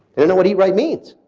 they don't know what eat right means.